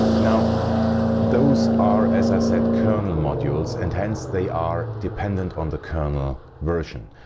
now those are as i said kernel modules and hence they are dependent on the kernel version.